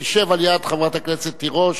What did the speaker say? תשב ליד חברת הכנסת תירוש